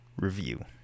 review